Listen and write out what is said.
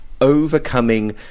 overcoming